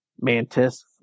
Mantis